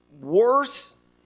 worse